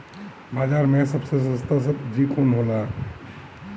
बाजार मे सबसे सस्ता सबजी कौन होला?